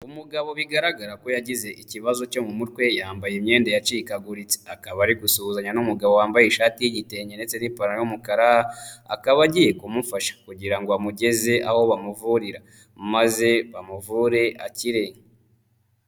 Umugabo bigaragara ko yagize ikibazo cyo mu mutwe yambaye imyenda yacikaguritse. Akaba ari gusuhuzanya n'umugabo wambaye ishati y'igitenge ndetse n'ipantaro y'umukara, akaba agiye kumufasha kugira ngo amugeze aho bamuvurira maze bamuvure akire.